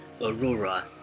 Aurora